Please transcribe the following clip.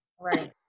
Right